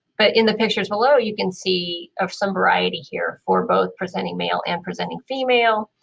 but in the pictures below you can see of some variety here for both presenting male and presenting female.